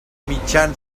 mitjan